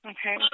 Okay